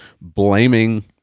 blaming